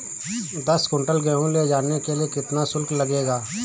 दस कुंटल गेहूँ ले जाने के लिए कितना शुल्क लगेगा?